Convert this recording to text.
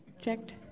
Checked